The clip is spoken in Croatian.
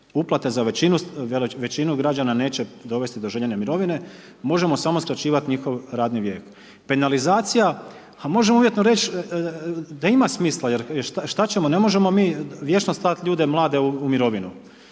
uplate za većinu građana neće dovesti do željene mirovine, možemo samo skraćivati njihov radni vijek. Penalizacija, a možemo uvjetno reći da ima smisla jer šta ćemo ne možemo mi vječno slat ljude mlade u mirovinu.